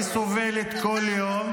היא סובלת כל יום.